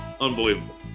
Unbelievable